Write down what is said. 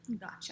Gotcha